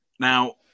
Now